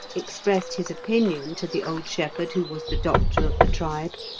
expressed his opinion to the old shepherd who was the doctor of the tribe,